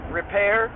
repair